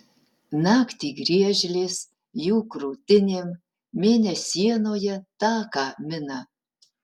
naktį griežlės jų krūtinėm mėnesienoje taką mina